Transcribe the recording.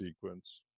sequence